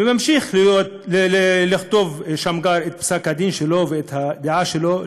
וממשיך לכתוב שמגר את פסק הדין שלו ואת הדעה שלו.